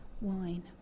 wine